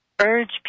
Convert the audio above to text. urge